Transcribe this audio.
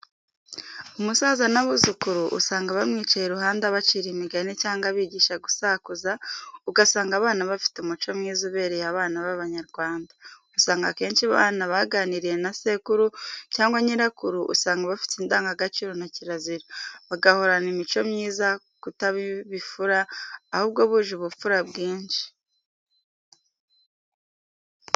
Umusaza n'abuzukuru usanga bamwicaye iruhande abacira imigani cyangwa abigisha gusakuza, ugasanga abana bafite umuco mwiza ubereye abana b'Abanyarwanda. Usanga akenshi abana baganiriye na sekuru cyangwa nyirakuru usanga bafite indangagaciro na kirazira, bagahorana imico myiza, kutaba ibifura, ahubwo buje ubupfura bwinshi.